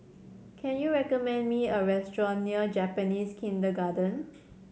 can you recommend me a restaurant near Japanese Kindergarten